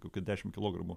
kokia dešim kilogramų